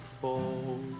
fall